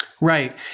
Right